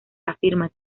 afirma